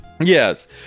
Yes